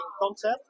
concept